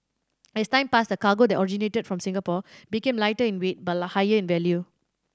as time passed the cargo that originated from Singapore became lighter in weight but higher in value